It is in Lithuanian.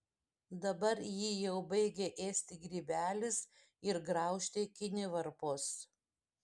dabar jį jau baigia ėsti grybelis ir graužti kinivarpos